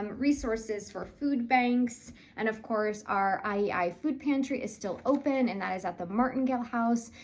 um resources for food banks and of course our iei food pantry is still open, and that is at the martingale house.